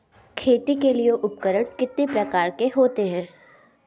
खेती के लिए उपकरण कितने प्रकार के होते हैं?